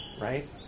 right